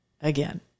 Again